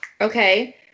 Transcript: Okay